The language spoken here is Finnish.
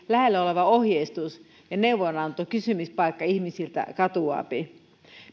lähellä oleva ohjeistus neuvonanto ja kysymyspaikka ihmisiltä katoaapi